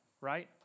right